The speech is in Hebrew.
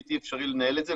בלתי אפשרי לנהל את זה.